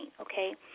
okay